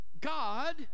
god